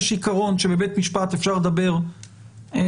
יש עיקרון שבבית משפט אפשר לדבר בשתי